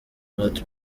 not